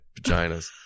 vaginas